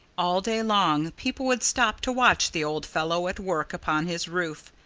all day long people would stop to watch the old fellow at work upon his roof.